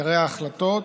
עיקרי ההחלטות